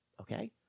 Okay